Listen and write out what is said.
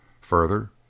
Further